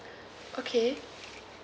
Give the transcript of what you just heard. okay